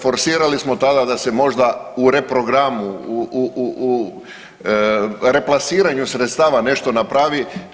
Forsirali smo tada da se možda u reprogramu, replasiranju sredstava nešto napravi.